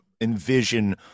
envision